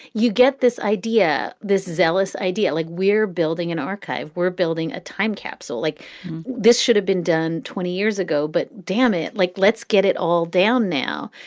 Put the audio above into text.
you get this idea, this zellous idea, like we're building an archive, we're building a time capsule like this should have been done twenty years ago. but damn it. like, let's get it all down now.